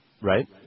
Right